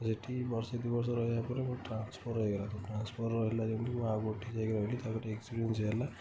ସେଠି ବର୍ଷେ ଦୁଇ ବର୍ଷ ରହିବା ପରେ ମୋ ଟ୍ରାନ୍ସଫର୍ ହେଇଗଲା ଟ୍ରାନ୍ସଫର୍ ହେଲା ଯେମିତି ମୁଁ ଆଉ କେଉଁଠି ଯାଇକି ରହିଲି ତା'ପରେ ଏକ୍ସପିରିଏନ୍ସ୍ ହେଲା